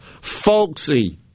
Folksy